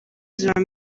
ziba